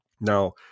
Now